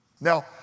Now